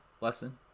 lesson